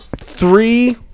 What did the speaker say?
Three